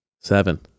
Seven